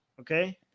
Okay